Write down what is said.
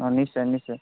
অঁ নিশ্চয় নিশ্চয়